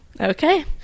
Okay